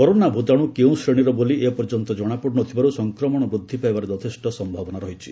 corona ଭୂତାଣ୍ର କେଉଁ ଶ୍ରେଣୀର ବୋଲି ଏପର୍ଯ୍ୟନ୍ତ ଜଣାପଡୁନଥିବାରୁ ସଂକ୍ରମଣ ବୃଦ୍ଧିପାଇବାର ଯଥେଷ୍ଟ ସମ୍ଭାବନା ରହିଛି